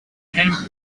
camp